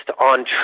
on